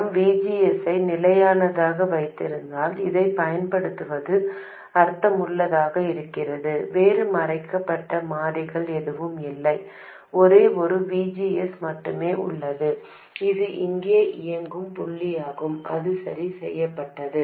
நாம் V G S ஐ நிலையானதாக வைத்திருந்தால் இதைப் பயன்படுத்துவது அர்த்தமுள்ளதாக இருக்கிறது வேறு மறைக்கப்பட்ட மாறிகள் எதுவும் இல்லை ஒரே ஒரு V G S மட்டுமே உள்ளது இது இங்கே இயங்கும் புள்ளியாகும் அது சரி செய்யப்பட்டது